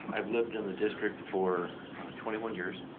i've lived in the district for twenty one years.